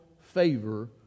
favor